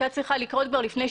אנחנו כן